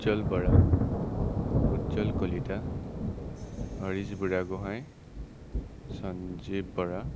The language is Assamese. উজ্বল বৰা উজ্বল কলিতা হৰিশ বুঢ়াগোঁহাই সঞ্জীৱ বৰা